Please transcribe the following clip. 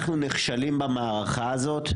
אנחנו נכשלים במערכה הזאת,